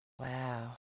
Wow